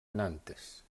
nantes